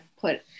put